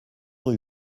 rue